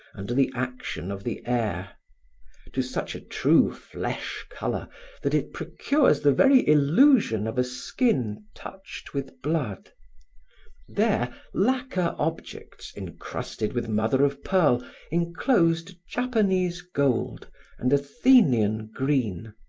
under the action of the air to such a true flesh-color that it procures the very illusion of a skin touched with blood there, lacquer objects incrusted with mother of pearl enclosed japanese gold and athenian green,